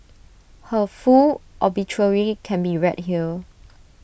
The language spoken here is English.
her full obituary can be read here